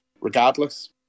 regardless